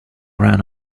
ran